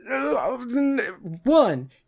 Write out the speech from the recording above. one